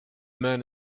man